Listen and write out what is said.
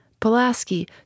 Pulaski